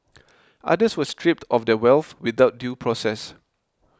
others were stripped of their wealth without due process